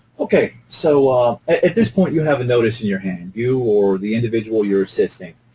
okay, so at this point you have a notice and your hand, and you or the individual you're assisting,